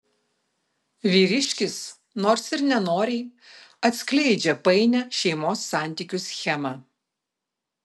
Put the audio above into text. vyriškis nors ir nenoriai atskleidžia painią šeimos santykių schemą